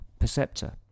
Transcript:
Perceptor